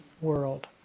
world